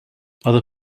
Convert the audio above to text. other